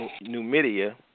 Numidia